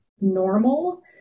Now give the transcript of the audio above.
normal